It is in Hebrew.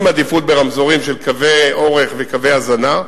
עם עדיפות ברמזורים של קווי אורך וקווי הזנה.